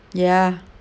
ya